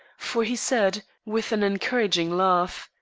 for he said, with an encouraging laugh,